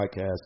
podcast